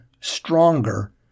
stronger